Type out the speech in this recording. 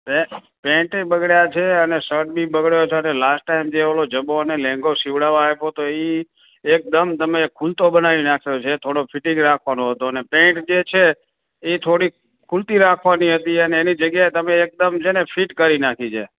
બે પેન્ટે બગાડયાં છે અને શર્ટ બી બગડ્યો છે અને લાસ્ટ ટાઇમ જે ઓલો ઝભ્ભો અને લેંઘો સિવડાવવા આપ્યો તો એ એકદમ તમે ખૂલતો બનાવી નાખ્યો છે થોડો ફીટિંગ રાખવાનો હતો અને પેન્ટ જે છે એ થોડીક ખૂલતી રાખવાની હતી અને એની જગ્યાએ તમે એકદમ છે ને ફિટ કરી નાખી છે